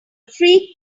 free